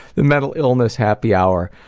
the mental illness happy hour,